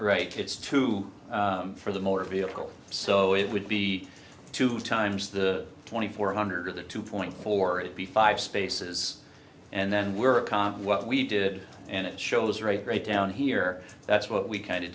right kids too for the motor vehicle so it would be two times the twenty four hundred or the two point four it be five spaces and then were calm what we did and it shows are a great down here that's what we kind